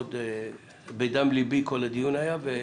כל הדיון היה בדם לבי ונסחפתי,